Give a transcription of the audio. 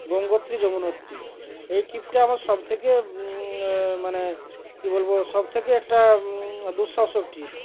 গঙ্গোত্রী যমুনত্রী এই ট্রিপটা আমার সব থেকে মানে কী বলবো সব থেকে একটা দুঃসাহসিক ট্রিপ